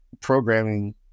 programming